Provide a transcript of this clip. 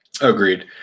Agreed